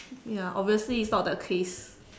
ya obviously it's not the case